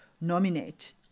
nominate